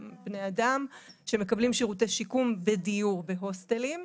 הם בני אדם שמקבלים שירותי שיקום בדיור בהוסטלים.